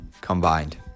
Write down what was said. combined